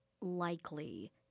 likely